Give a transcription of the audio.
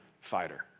fighter